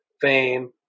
fame